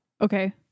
Okay